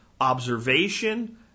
observation